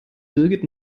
birgit